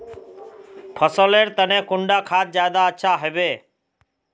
फसल लेर तने कुंडा खाद ज्यादा अच्छा हेवै?